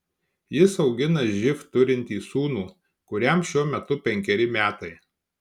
jis augina živ turintį sūnų kuriam šiuo metu penkeri metai